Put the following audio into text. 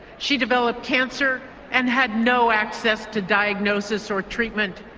she developed cancer and had no access to diagnosis or treatment.